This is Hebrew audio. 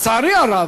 לצערי הרב,